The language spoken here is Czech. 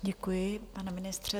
Děkuji, pane ministře.